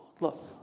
Look